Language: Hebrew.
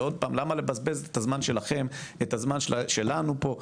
למה לבזבז את הזמן שלכם, את הזמן שלנו פה.